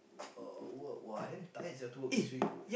oh work !wah! damn tired sia to work this week